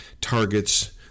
targets